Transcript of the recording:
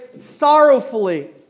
sorrowfully